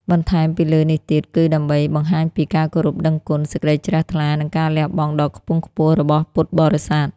បន្ថែមពីលើនេះទៀត គឺដើម្បីបង្ហាញពី ការគោរពដឹងគុណ សេចក្តីជ្រះថ្លា និង ការលះបង់ដ៏ខ្ពង់ខ្ពស់ របស់ពុទ្ធបរិស័ទ។